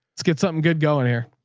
let's get something good going here.